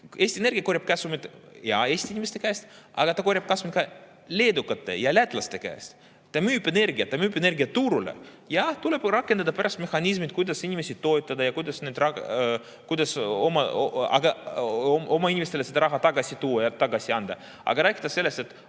Eesti Energia korjab kasumit Eesti inimeste käest, aga ta korjab kasumit ka leedukate ja lätlaste käest. Ta müüb energiat, ta müüb energiat turule. Jah, pärast tuleb rakendada mehhanisme, kuidas inimesi toetada ja kuidas oma inimestele seda raha tagasi tuua ja tagasi anda. Aga rääkida sellest, et